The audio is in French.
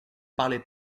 parlez